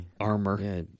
armor